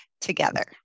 together